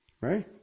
Right